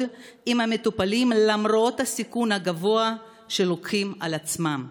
עם המטופלים למרות הסיכון הגבוה שהם לוקחים על עצמם.